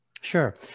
Sure